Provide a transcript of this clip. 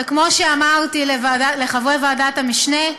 וכמו שאמרתי לחברי ועדת המשנה: